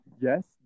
Yes